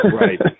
Right